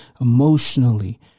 emotionally